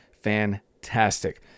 fantastic